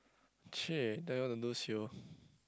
!chey! tell you all to do [sio]